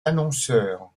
annonceurs